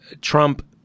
Trump